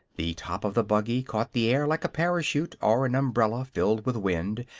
the top of the buggy caught the air like a parachute or an umbrella filled with wind,